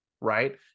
right